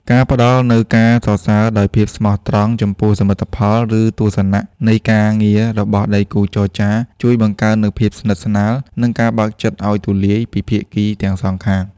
ការផ្តល់នូវការសរសើរដោយភាពស្មោះត្រង់ចំពោះសមិទ្ធផល ឬទស្សនវិជ្ជានៃការងាររបស់ដៃគូចរចា ជួយបង្កើននូវភាពស្និទ្ធស្នាល និងការបើកចិត្តឱ្យទូលាយពីភាគីទាំងសងខាង។